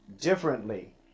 differently